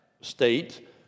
state